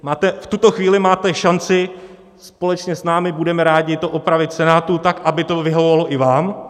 V tuto chvíli máte šanci společně s námi, budeme rádi, to opravit v Senátu tak, aby to vyhovovalo i vám.